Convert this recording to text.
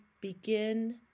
begin